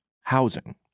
housing